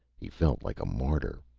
he felt like a martyr,